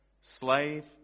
slave